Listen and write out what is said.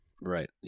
Right